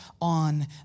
on